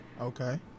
okay